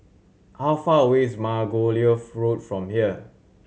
how far away is Margoliouth Road from here